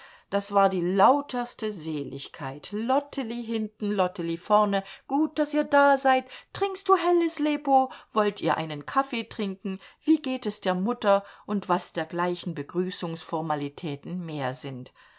das war die lauterste seligkeit lottely hinten lottely vorne gut daß ihr da seid trinkst du helles lepo wollt ihr einen kaffee trinken wie geht es der mutter und was dergleichen begrüßungsformalitäten mehr sind